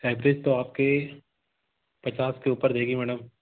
सैंतिस तो आपके पचास के ऊपर देगी मैडम